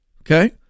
Okay